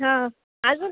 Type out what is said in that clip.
हा अजून